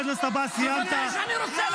אני רוצה מה?